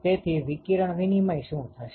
તેથી વિકિરણ વિનિમય શું થશે